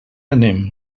anem